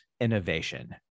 innovation